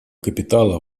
капитала